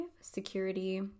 security